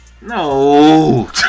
No